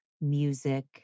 music